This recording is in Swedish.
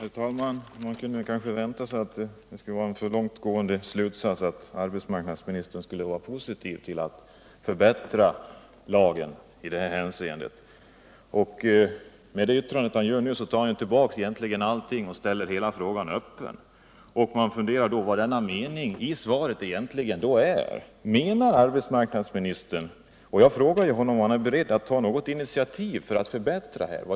Herr talman! Man kunde kanske vänta sig att det var en för långt gående slutsats att tro att arbetsmarknadsministern skulle vara positiv till en förbättring av lagen i detta hänseende. Med sitt senaste yttrande tar han tillbaka allting och ställer hela frågan öppen. Man undrar då vad denna mening i svaret egentligen innebär. Jag frågade arbetsmarknadsministern om han var beredd att ta några initiativ till förbättringar.